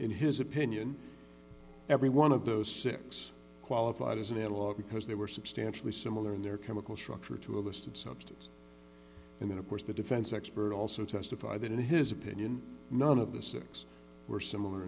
in his opinion every one of those six qualified as an adult because they were substantially similar in their chemical structure to a listed substance and then of course the defense expert also testified that in his opinion none of the six were similar